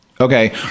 okay